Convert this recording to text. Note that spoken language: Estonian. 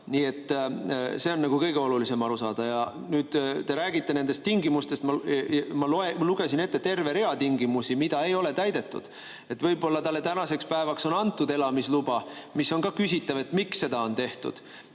Nii et sellest on kõige olulisem aru saada. Te räägite nendest tingimustest. Ma lugesin ette terve rea tingimusi, mida ei ole täidetud. Võib-olla talle tänaseks päevaks on antud elamisluba, mis oleks ka küsitav, sest miks seda siis on tehtud.